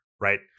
right